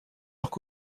leurs